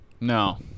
No